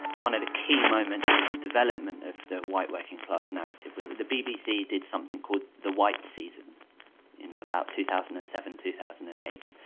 one of the key moments in the development of the white working class narrative was the bbc did something called the white season in about two thousand and seven two thousand and eight.